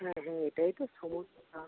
হ্যাঁ হ্যাঁ এটাই তো সমস্যা